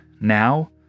now